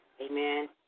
Amen